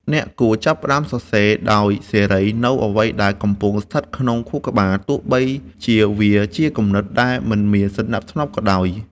អ្នកគួរចាប់ផ្ដើមសរសេរដោយសេរីនូវអ្វីដែលកំពុងស្ថិតក្នុងខួរក្បាល ទោះបីជាវាជាគំនិតដែលមិនមានសណ្ដាប់ធ្នាប់ក៏ដោយ។